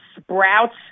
Sprouts